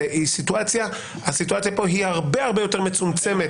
הסיטואציה כאן היא הרבה יותר מצומצמת.